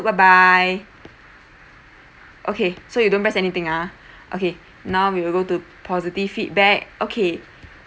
bye bye okay so you don't press anything ah okay now we will go to positive feedback okay